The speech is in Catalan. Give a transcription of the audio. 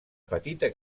petita